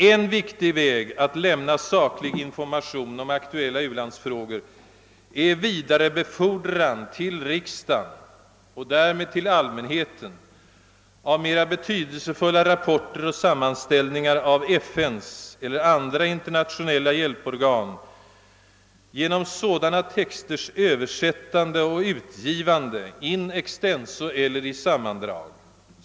En viktig väg att lämna saklig information om aktuella u-landsfrågor är vidarebefordran till riksdagen, och därmed till allmänheten, av mera betydelsefulla rapporter och sammanställningar av FN eller internationella hjälporgan genom sådana texters översättande och utgivande — in extenso eller i sammandrag.